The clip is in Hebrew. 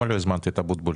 למה לא הזמנת את משה אבוטבול?